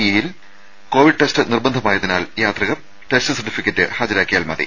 ഇയിൽ Covid test നിർബന്ധമായതിനാൽ യാത്രികർ ടെസ്റ്റ് സർട്ടിഫിക്കറ്റ് ഹാജരാക്കിയാൽ മതി